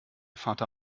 fata